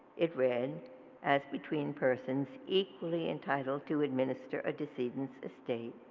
it read as between persons equally entitled to administer a decedent's estate,